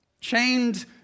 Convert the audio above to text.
Chained